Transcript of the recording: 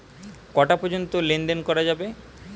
কটা পর্যন্ত লেন দেন করা যাবে?